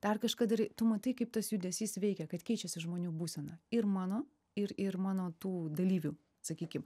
dar kažką darai tu matai kaip tas judesys veikia kad keičiasi žmonių būsena ir mano ir ir mano tų dalyvių sakykim